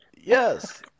Yes